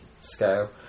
scale